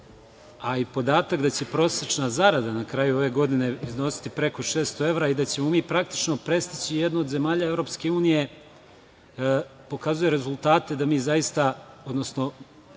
a i podatak da će prosečna zarada na kraju ove godine iznositi preko 600 evra i da ćemo mi praktično prestići jednu od zemalja EU pokazuje rezultate da mi zaista, odnosno